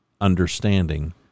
understanding